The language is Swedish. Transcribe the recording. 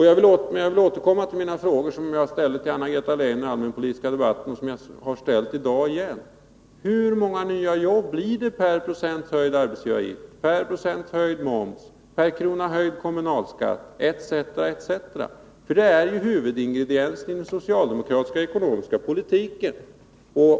Jag vill återkomma till mina frågor som jag ställde till Anna-Greta Leijon i den allmänpolitiska debatten och som jag upprepat i dag: Hur många nya jobb blir det per procent höjd arbetsgivaravgift, per procent höjd moms, per krona höjd kommunalskatt etc.? Det är ju huvudingrediensen i den socialdemokratiska ekonomiska politiken.